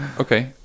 okay